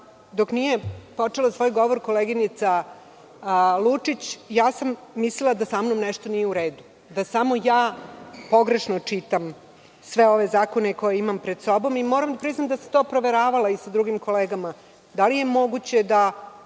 dok nije počela svoj govor koleginica Lučić, mislila sam da samnom nešto nije u redu, da samo ja pogrešno čitam sve ove zakone koje imam pred sobom. Moram da priznam da sam to proveravala sa drugim kolegama. Da li je moguće da